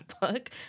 book